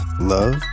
love